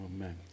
Amen